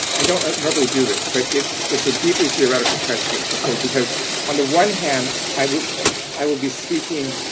i don't normally do this, but it's it's a deeply theoretical question, okay? because on the one hand, i will i will be speaking,